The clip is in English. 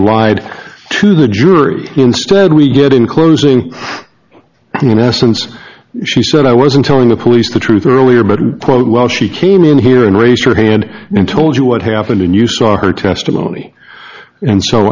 lied to the jury instead we get in closing and in essence she said i wasn't telling the police the truth earlier but quote well she came in here and raised her head and told you it happened and you saw her testimony and so